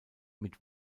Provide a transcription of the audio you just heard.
mit